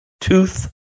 tooth